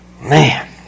Man